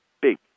big